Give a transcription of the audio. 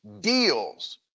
deals